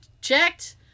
checked